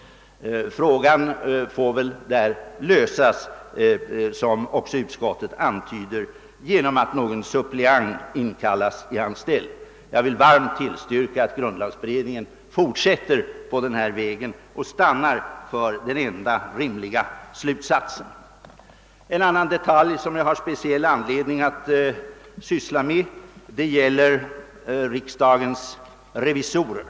Frågan får väl lösas, som också utskottet antyder, genom att någon suppleant inkallas i hans ställe. Jag vill varmt tillstyrka att grundlagberedningen fortsätter på denna väg och stannar för den enda rimliga slutsatsen. En annan detalj som jag har speciell anledning att syssla med gäller riksdagens revisorer.